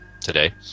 today